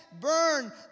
burn